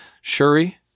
Shuri